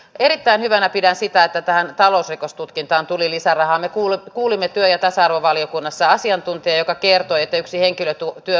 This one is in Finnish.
erittäin hyvänä pidän sitä että tähän talousrikostutkintaan tuli lisää rahaa ne kuule kuulimme työ ja tasa arvovaliokunnassa asiantuntijaa joka kertoo että yksi henkilö tuo työ